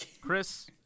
Chris